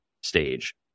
stage